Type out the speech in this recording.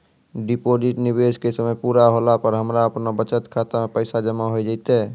Deposit निवेश के समय पूरा होला पर हमरा आपनौ बचत खाता मे पैसा जमा होय जैतै?